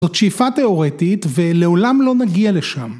‫זאת שאיפה תיאורטית ‫ולעולם לא נגיע לשם.